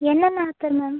என்னென்ன ஆத்தர் மேம்